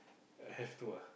I have to ah